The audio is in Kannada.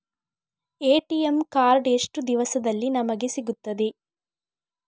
ಎ.ಟಿ.ಎಂ ಕಾರ್ಡ್ ಎಷ್ಟು ದಿವಸದಲ್ಲಿ ನಮಗೆ ಸಿಗುತ್ತದೆ?